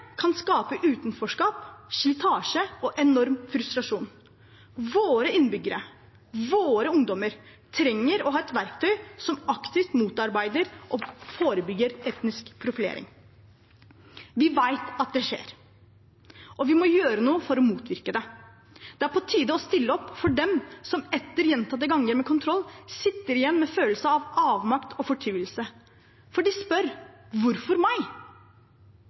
enorm frustrasjon. Våre innbyggere, våre ungdommer trenger å ha et verktøy som aktivt motarbeider og forebygger etnisk profilering. Vi vet at det skjer, og vi må gjøre noe for å motvirke det. Det er på tide å stille opp for dem som etter gjentatte ganger med kontroll, sitter igjen med en følelse av avmakt og fortvilelse. De spør: Hvorfor meg?